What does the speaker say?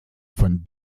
von